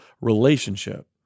relationship